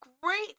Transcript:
great